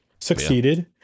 succeeded